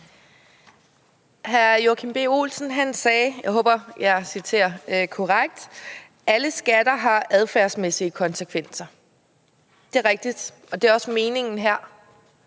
jeg citerer korrekt: Alle skatter har adfærdsmæssige konsekvenser. Det er rigtigt, og det er også meningen her.